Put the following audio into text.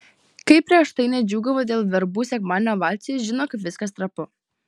kaip prieš tai nedžiūgavo dėl verbų sekmadienio ovacijų žino kaip viskas trapu